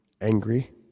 angry